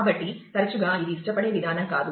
కాబట్టి తరచుగా ఇది ఇష్టపడే విధానం కాదు